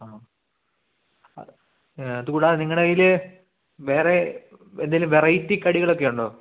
ആ ആ അതുകൂടാതെ നിങ്ങളുടെ കയ്യിൽ വേറെ എന്തെങ്കിലും വെറൈറ്റി കടികളൊക്കെ ഉണ്ടോ